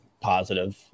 positive